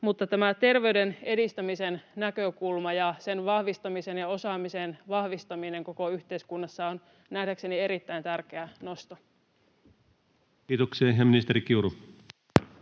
mutta terveyden edistämisen näkökulma ja sen vahvistaminen ja osaamisen vahvistaminen koko yhteiskunnassa ovat nähdäkseni erittäin tärkeitä nostoja. [Speech 124]